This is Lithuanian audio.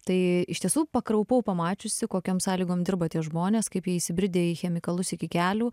tai iš tiesų pakraupau pamačiusi kokiom sąlygom dirba tie žmonės kaip jie įsibridę į chemikalus iki kelių